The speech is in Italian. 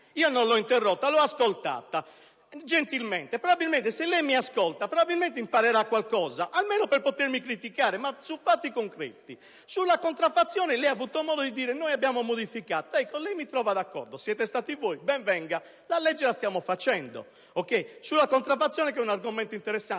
io non l'ho interrotta, l'ho ascoltata, gentilmente. Se lei mi ascolta, probabilmente imparerà qualcosa, almeno per potermi criticare, ma su fatti concreti. Sulla contraffazione lei ha avuto modo di dire che voi avete fatto delle modifiche. Mi trova d'accordo: siete stati voi, ben venga; la legge la stiamo facendo anche in materia di contraffazione, che è un argomento interessante.